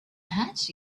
hat